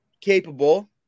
capable